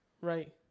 right